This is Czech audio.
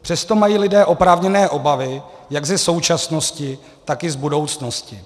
Přesto mají lidé oprávněné obavy jak ze současnosti, tak i z budoucnosti.